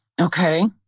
okay